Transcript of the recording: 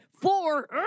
four